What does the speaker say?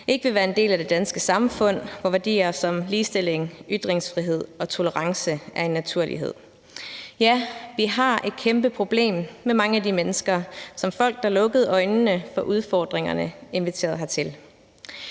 ikke vil være en del af danske samfund, og for hvem værdier som ligestilling, ytringsfrihed og tolerance ikke er en naturlighed. Ja, vi har et kæmpeproblem med mange af de mennesker, som folk, der lukkede øjnene for udfordringerne, inviterede hertil.